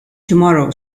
tomorrow